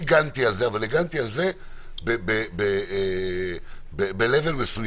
הגנתי על זה, אבל הגנתי על זה בלבל מסוים.